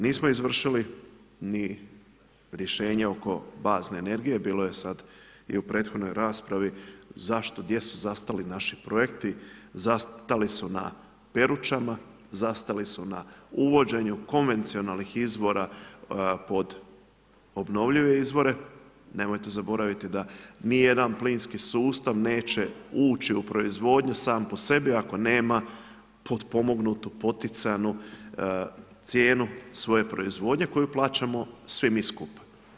Nismo izvršili ni rješenje oko bazne energije, bilo je sad i u prethodnoj raspravi zašto, gdje su zastali naši projekti, zastali su na Perućama, zastali su na uvođenju konvencijalnih izvora pod obnovljive izvore, nemojte zaboraviti da ni jedan plinski sustav neće ući u proizvodnju sam po sebi, ako nema potpomognutu poticajnu cijenu proizvodnje, koju plaćamo svi mi skupa.